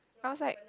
down side